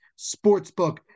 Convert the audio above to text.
Sportsbook